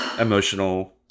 emotional